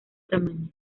tamaño